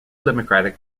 democratic